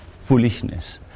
foolishness